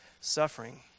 suffering